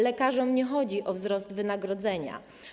Lekarzom nie chodzi o wzrost wynagrodzenia.